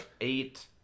eight